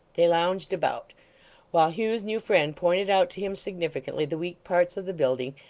they lounged about while hugh's new friend pointed out to him significantly the weak parts of the building,